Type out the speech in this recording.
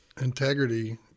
integrity